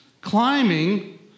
climbing